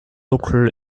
occur